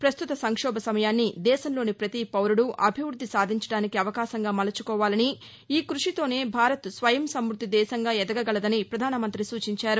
ప్రస్తుత సంక్షోభ సమయాన్ని దేశంలోని ప్రతి పౌరుడు అభివృద్ధి సాధించడానికి అవకాశంగా మలుచుకోవాలని ఈ కృషితోనే భారత్ స్వయం సమృద్ది దేశంగా ఎదగగలదని పధాన మంత్రి సూచించారు